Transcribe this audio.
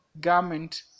garment